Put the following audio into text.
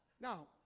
Now